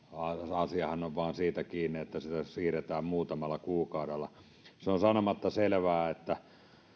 asiahan on vain siitä kiinni että sitä siirretään muutamalla kuukaudella se on sanomatta selvää että